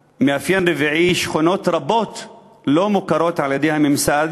4. שכונות רבות לא מוכרות על-ידי הממסד